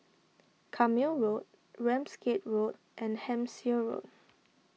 Carpmael Road Ramsgate Road and Hampshire Road